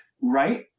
Right